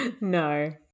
No